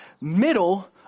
middle